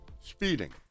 speeding